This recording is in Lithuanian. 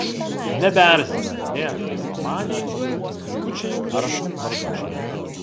nebeerzina nė laisvamaniai zuikučiai ar margučiai